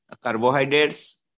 carbohydrates